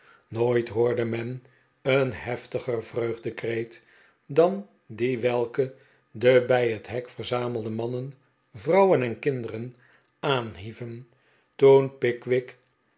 nooit hoorde men een heftiger vreugdekreet dan die welke de bij het hek verzamelde mannen vrouwen en kinderen aanhieven toen pickwick